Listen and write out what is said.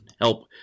help